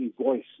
voice